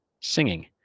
singing